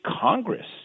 Congress